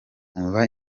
umva